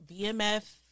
VMF